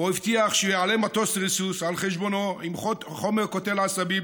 שבה הבטיח שיעלה מטוס ריסוס על חשבונו עם חומר קוטל עשבים